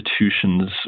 institutions